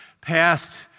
past